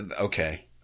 Okay